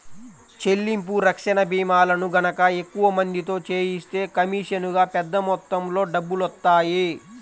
చెల్లింపు రక్షణ భీమాలను గనక ఎక్కువ మందితో చేయిస్తే కమీషనుగా పెద్ద మొత్తంలో డబ్బులొత్తాయి